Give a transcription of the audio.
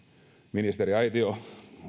ministeriaitio joka on vähän hiljaisempi tähän